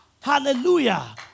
Hallelujah